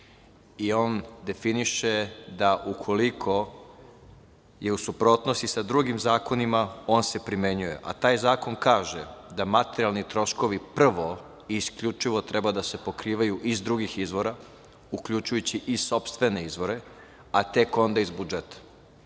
i on definiše da ukoliko je u suprotnosti sa drugim zakonima, on se primenjuje. A taj zakon kaže da materijalni troškovi prvo i isključivo treba da se pokrivaju iz drugih izvora, uključujući i sopstvene izvore, a tek onda iz budžeta.